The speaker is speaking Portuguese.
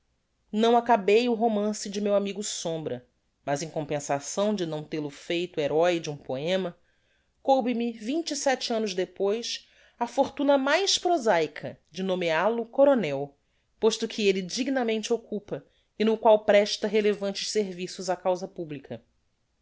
não acabei o romance do meu amigo sombra mas em compensação de não tel-o feito heróe de um poema coube me vinte sete annos depois a fortuna mais prosaica de nomeal o coronel posto que elle dignamente occupa e no qual presta relevantes serviços á causa publica